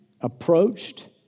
approached